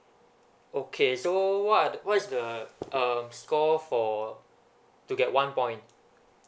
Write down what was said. okay so what are what is the uh score for to get one point